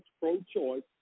pro-choice